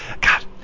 God